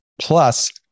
Plus